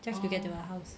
just to get to her house